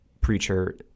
preacher—